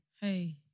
Hey